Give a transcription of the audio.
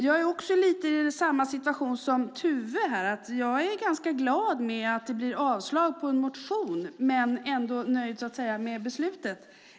Jag är i lite samma situation som Tuve Skånberg. Jag är ganska glad för att det blir avslag på en motion och nöjd med beslutet.